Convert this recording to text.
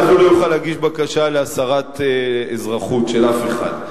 אף שהוא לא יוכל להגיש בקשה להסרת אזרחות של אף אחד,